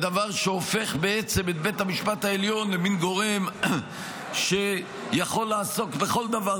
דבר שהופך בעצם את בית המשפט העליון למין גורם שיכול לעסוק בכל דבר,